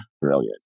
Brilliant